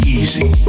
easy